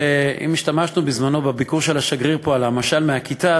אם השתמשנו בזמנו בביקור של השגריר פה במשל על הכיתה,